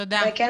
וכן,